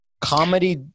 Comedy